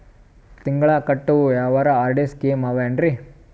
ತಿಂಗಳ ಕಟ್ಟವು ಯಾವರ ಆರ್.ಡಿ ಸ್ಕೀಮ ಆವ ಏನ್ರಿ?